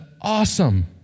Awesome